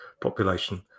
population